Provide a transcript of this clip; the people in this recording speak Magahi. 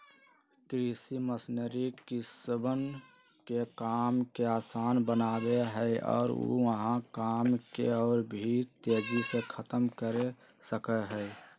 कृषि मशीनरी किसनवन के काम के आसान बनावा हई और ऊ वहां काम के और भी तेजी से खत्म कर सका हई